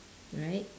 right